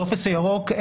הטופס הירוק,